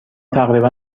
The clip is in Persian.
تقریبا